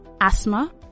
asthma